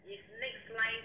一